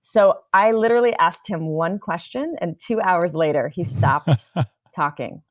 so i literally asked him one question, and two hours later he stopped talking.